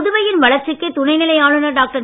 புதுவையின் வளர்ச்சிக்கு துணைநிலை ஆளுநர் டாக்டர்